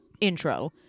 intro